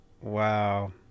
Wow